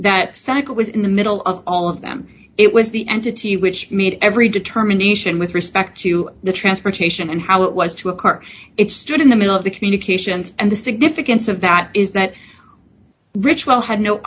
that cycle was in the middle of all of them it was the entity which made every determination with respect to the transportation and how it was to occur it stood in the middle of the communications and the significance of that is that ritual had no